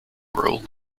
rule